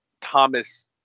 Thomas